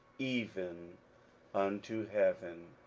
even unto heaven.